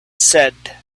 said